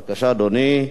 בבקשה, אדוני.